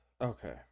okay